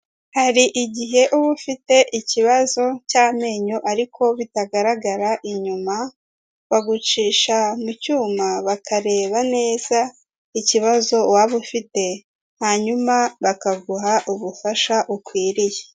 Hari igihe uba ufite ikibazo cy'amenyo ariko bitagaragara inyuma, bagucisha mu cyuma bakareba neza ikibazo waba ufite, hanyuma bakaguha ubufasha ukwiriye.